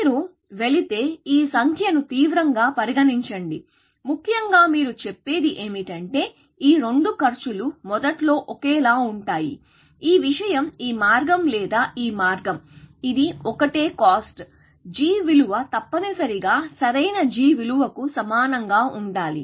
మీరు వెళితే ఈ సంఖ్యను తీవ్రంగా పరిగణించండి ముఖ్యంగా మీరు చెప్పేది ఏమిటంటే ఈ రెండు ఖర్చులు మొదట్లో ఒకేలా ఉంటాయి ఈ విషయం ఈ మార్గం లేదా ఈ మార్గం ఇది ఒకటే కాస్ట్ g విలువ తప్పనిసరిగా సరైన g విలువకు సమానంగా ఉండాలి